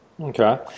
Okay